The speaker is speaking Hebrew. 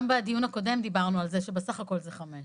גם בדיון הקודם דיברנו על זה שבסך הכל זה יוצא חמש שנים.